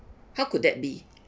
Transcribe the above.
how could that be